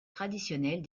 traditionnelle